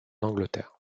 angleterre